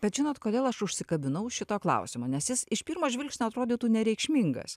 bet žinot kodėl aš užsikabinau už šito klausimo nes jis iš pirmo žvilgsnio atrodytų nereikšmingas